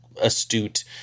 astute